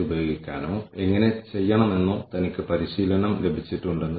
ഉദാഹരണത്തിന് ഈ ദിവസങ്ങളിൽ നമ്മുടെ ലൈബ്രറികളിൽ ഇലക്ട്രോണിക് ഡാറ്റാബേസ് എന്ന് വിളിക്കപ്പെടുന്ന ഒന്ന് ഉണ്ട്